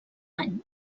any